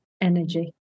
energy